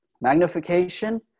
Magnification